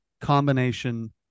combination